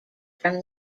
from